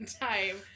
time